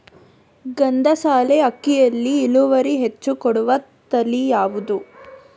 ಗಂಧಸಾಲೆ ಅಕ್ಕಿಯಲ್ಲಿ ಇಳುವರಿ ಹೆಚ್ಚು ಕೊಡುವ ತಳಿ ಯಾವುದು?